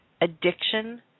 addiction